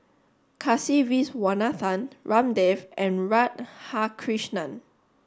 Kasiviswanathan Ramdev and Radhakrishnan